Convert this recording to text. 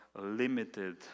limited